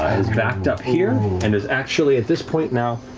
is backed up here and has actually, at this point now,